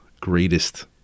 greatest